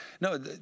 no